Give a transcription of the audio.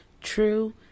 true